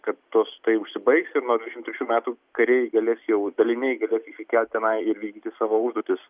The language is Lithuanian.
kad tos tai užsibaigs ir nuo dvidešim trečių metų kariai galės jau daliniai galės įsikelt tenai ir vykdyti savo užduotis